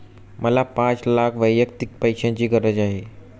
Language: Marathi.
मला पाच लाख वैयक्तिक पैशाची गरज आहे